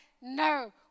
no